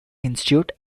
institute